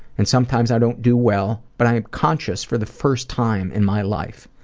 and sometimes i don't do well, but i am conscious for the first time in my life.